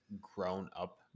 grown-up